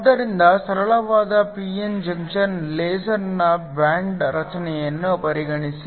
ಆದ್ದರಿಂದ ಸರಳವಾದ p n junction ಲೇಸರ್ನ ಬ್ಯಾಂಡ್ ರಚನೆಯನ್ನು ಪರಿಗಣಿಸಿ